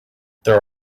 there